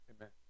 Amen